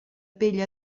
pell